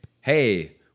hey